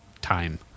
time